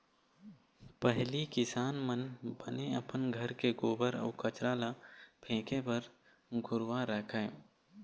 पहिली किसान मन बने अपन घर के गोबर अउ कचरा ल फेके बर घुरूवा रखय